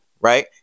right